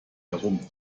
herum